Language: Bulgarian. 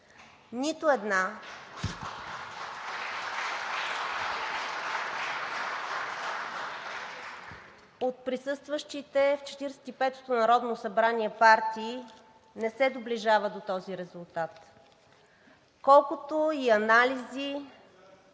Нито една от присъстващите в 45-ото народно събрание партии не се доближава до този резултат. Колкото и анализи,